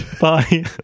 Bye